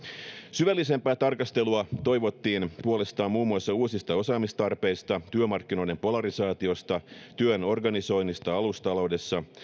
syvällisempää tarkastelua puolestaan toivottiin muun muassa uusista osaamistarpeista työmarkkinoiden polarisaatiosta työn organisoinnista alustataloudessa